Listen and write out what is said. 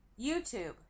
YouTube